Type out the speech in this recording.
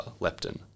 leptin